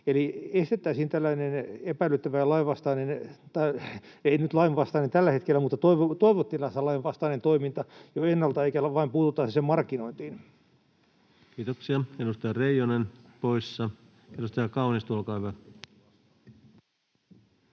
hetkellä mutta toivetilassa lainvastainen — toiminta jo ennalta eikä vain puututtaisi sen markkinointiin. Kiitoksia. — Edustaja Reijonen poissa. — Edustaja Kaunisto, olkaa hyvä.